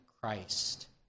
Christ